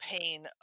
pain